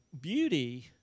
Beauty